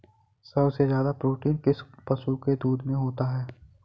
सबसे ज्यादा प्रोटीन किस पशु के दूध में होता है?